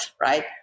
right